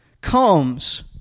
comes